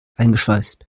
eingeschweißt